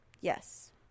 Yes